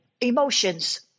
Emotions